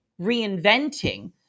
reinventing